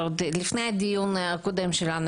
עוד לפני הדיון הקודם שלנו,